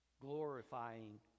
glorifying